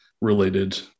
related